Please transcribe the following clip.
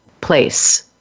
place